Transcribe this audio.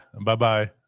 Bye-bye